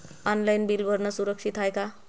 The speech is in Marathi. ऑनलाईन बिल भरनं सुरक्षित हाय का?